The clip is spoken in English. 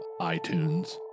iTunes